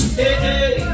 hey